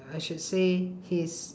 I should say his